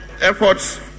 efforts